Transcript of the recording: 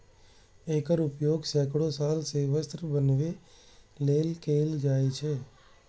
एकर उपयोग सैकड़ो साल सं वस्त्र बनबै लेल कैल जाए छै